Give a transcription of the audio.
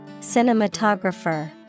Cinematographer